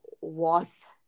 worth